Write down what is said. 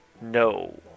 no